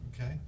Okay